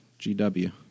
GW